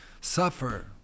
suffer